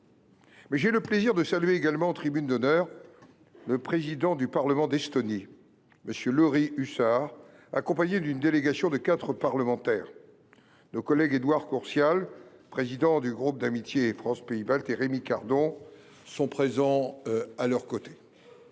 J’ai le plaisir de saluer également en tribune d’honneur le président du Parlement d’Estonie, M. Lauri Hussar, accompagné d’une délégation de quatre parlementaires. Nos collègues Édouard Courtial, président du groupe d’amitié France Pays Baltes, et Rémi Cardon, président délégué